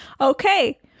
Okay